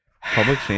Public